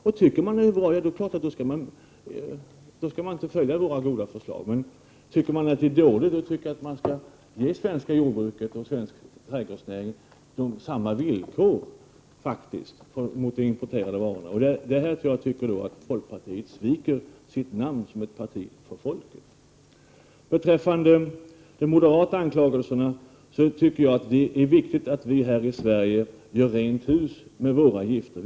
Om de tycker att det är bra skall de naturligtvis inte följa våra goda förslag. Om de tycker att det är dåligt skall de ge det svenska jordbruket och den svenska trädgårdsnäringen samma villkor som gäller för producenterna av importerade varor. På den här punkten tycker jag alltså att folkpartiet sviker sitt namn som ett parti för folket. Beträffande de moderata anklagelserna vill jag säga att det är viktigt att vi här i Sverige gör rent hus med våra gifter.